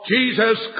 Jesus